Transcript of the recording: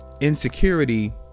insecurity